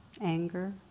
Anger